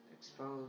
exposed